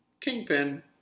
Kingpin